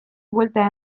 buelta